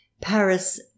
Paris